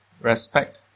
respect